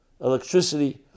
electricity